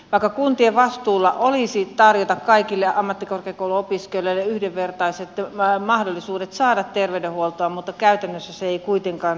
vaikka kuntien vastuulla on tarjota kaikille ammattikorkeakouluopiskelijoille yhdenvertaiset mahdollisuudet saada terveydenhuoltoa käytännössä se ei kuitenkaan toimi